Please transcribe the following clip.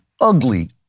ugly